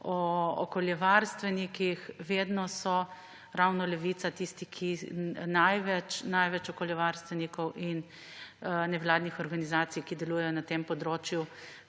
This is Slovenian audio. o okoljevarstvenikih, vedno so ravno v Levici tisti, ki največ okoljevarstvenikov in nevladnih organizacij, ki delujejo na tem področju,